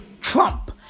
Trump